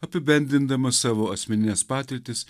apibendrindamas savo asmenines patirtis